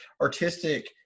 artistic